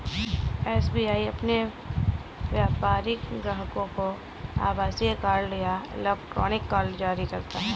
SBI अपने व्यापारिक ग्राहकों को आभासीय कार्ड या इलेक्ट्रॉनिक कार्ड जारी करता है